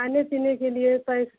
खाने पीने के लिए पैस